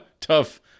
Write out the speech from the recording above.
Tough